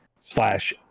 slash